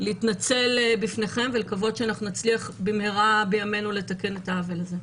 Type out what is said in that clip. להתנצל בפניכם ולקוות שנצליח במהרה בימנו לתקן את העוול הזה.